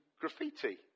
graffiti